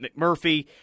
McMurphy